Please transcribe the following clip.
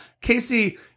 Casey